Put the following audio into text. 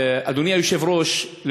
אדוני היושב-ראש,